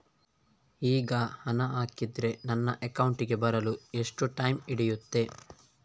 ಈಗ ಹಣ ಹಾಕಿದ್ರೆ ನನ್ನ ಅಕೌಂಟಿಗೆ ಬರಲು ಎಷ್ಟು ಟೈಮ್ ಹಿಡಿಯುತ್ತೆ?